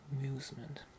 amusement